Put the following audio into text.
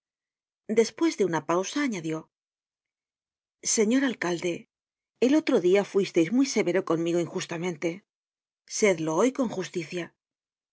despues de una pausa añadió señor alcalde el otro dia fuisteis muy severo conmigo injustamente sedlo hoy con justicia